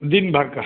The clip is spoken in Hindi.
दिन भर का